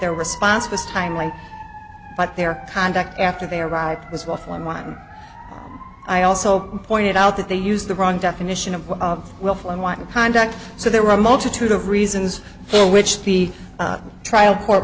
their response was timely but their conduct after they arrived was before mine i also pointed out that they used the wrong definition of willful and wanton conduct so there were a multitude of reasons for which the trial court